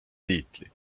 tiitli